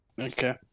Okay